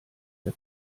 der